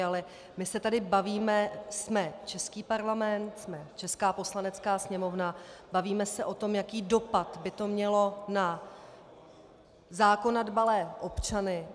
Ale my se tady bavíme jsme český Parlament, jsme česká Poslanecká sněmovna bavíme se o tom, jaký dopad by to mělo na zákona dbalé občany.